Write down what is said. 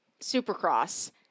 Supercross